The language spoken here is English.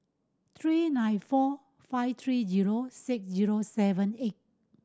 three nine four five three zero six zero seven eight